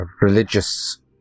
religious